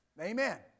Amen